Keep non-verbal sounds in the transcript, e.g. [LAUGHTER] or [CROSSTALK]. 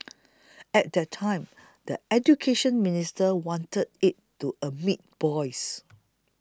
[NOISE] at that time the Education Ministry wanted it to admit boys